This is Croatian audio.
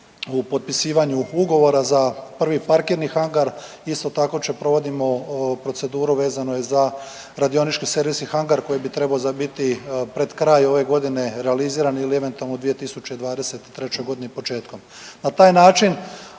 u potpisivanju ugovora za prvi parkirni hangar. Isto tako provodimo proceduru vezano je za radionički servis i hangar koji bi trebao biti pred kraj ove godine realiziran ili eventualno 2023. godine početkom.